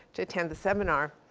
to attend the seminar.